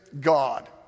God